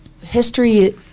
history –